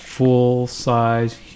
Full-size